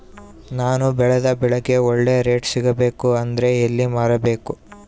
ನಾನು ಬೆಳೆದ ಬೆಳೆಗೆ ಒಳ್ಳೆ ರೇಟ್ ಸಿಗಬೇಕು ಅಂದ್ರೆ ಎಲ್ಲಿ ಮಾರಬೇಕು?